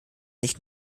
nicht